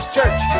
Church